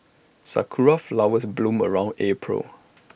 Sakura Flowers bloom around April